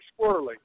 squirrely